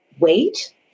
wait